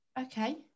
Okay